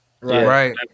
Right